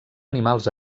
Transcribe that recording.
animals